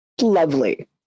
Lovely